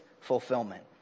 fulfillment